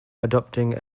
adopting